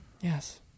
Yes